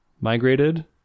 migrated